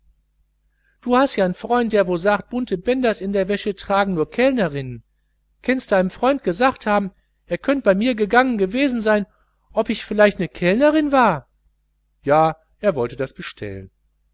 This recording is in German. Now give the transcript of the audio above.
du hast ja n freund der wo sagt bunte bänders in der wäsche tragen nur kellnerinnen kennst deinem freund gesagt haben er könnt bei mir gegangen gewesen sein ob ich vielleicht ne kellnerin war ja er wolle das bestellen